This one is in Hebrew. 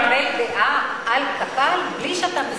ואי-אפשר לקבל דעה על קק"ל בלי שאתה,